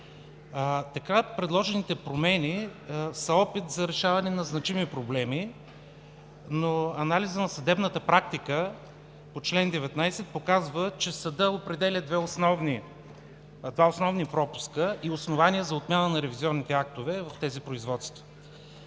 Така предложените промени са опит за решаване на значими проблеми, но анализът на съдебната практика по чл. 19 показва, че съдът определя два основни пропуска и основание за отмяна на ревизионните актове в тези производства.